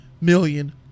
million